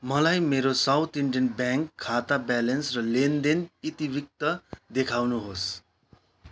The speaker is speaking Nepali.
मलाई मेरो साउथ इन्डियन ब्याङ्क खाता ब्यालेन्स र लेनदेन इतिवृत्त देखाउनुहोस्